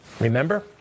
remember